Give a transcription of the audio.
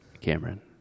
Cameron